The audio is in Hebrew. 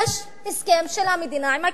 יש הסכם של המדינה עם הקיבוצים.